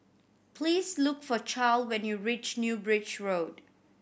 please look for Charle when you reach New Bridge Road